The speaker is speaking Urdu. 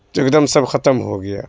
ایک دم سب ختم ہو گیا